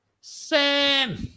Sam